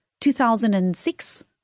2006